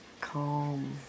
Calm